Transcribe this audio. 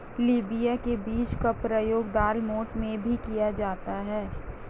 लोबिया के बीज का प्रयोग दालमोठ में भी किया जाता है